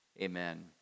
amen